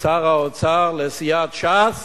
שר האוצר לסיעת ש"ס